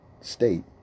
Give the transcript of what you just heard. state